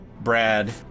Brad